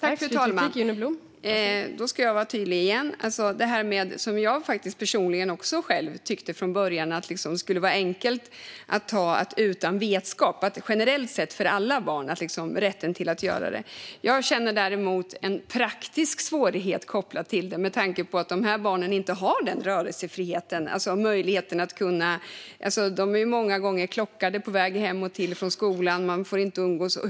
Fru talman! Då ska jag vara tydlig igen. Från början tyckte också jag att det skulle vara enkelt att göra detta utan vetskap och att rätten att göra det skulle gälla generellt sett, för alla barn. Jag känner däremot att det finns en praktisk svårighet kopplad till detta med tanke på att de här barnen inte har samma rörelsefrihet. De är många gånger klockade på väg till och från skolan, och man får inte umgås.